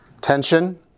Tension